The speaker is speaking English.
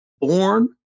born